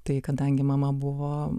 tai kadangi mama buvo